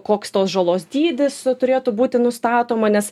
koks tos žalos dydis turėtų būti nustatoma nes